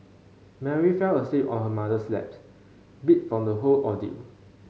Mary fell asleep on her mother's lap beat from the whole ordeal